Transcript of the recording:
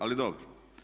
Ali dobro.